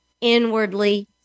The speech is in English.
inwardly